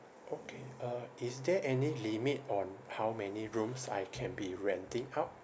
okay uh is there any limit on how many rooms I can be renting out